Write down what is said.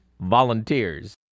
volunteers